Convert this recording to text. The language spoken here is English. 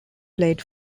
played